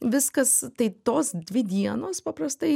viskas tai tos dvi dienos paprastai